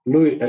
Lui